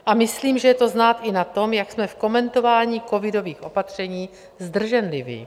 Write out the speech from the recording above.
A myslím, že je to znát i na tom, jak jsme v komentování covidových opatření zdrženliví.